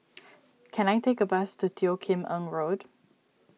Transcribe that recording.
can I take a bus to Teo Kim Eng Road